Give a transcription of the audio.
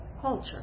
culture